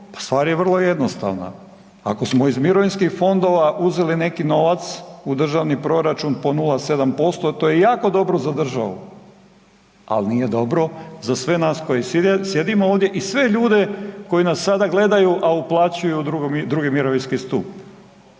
stvar je vrlo jednostavna, ako smo iz mirovinskih fondova uzeli neki novac u državni proračun po 0,7% to je jako dobro za državu, ali nije dobro za sve nas koji sjedimo ovdje i sve ljude koji nas sada gledaju a uplaćuju u drugi mirovinski stup